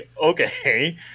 Okay